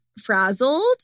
frazzled